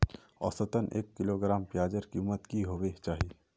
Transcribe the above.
औसतन एक किलोग्राम प्याजेर कीमत की होबे चही?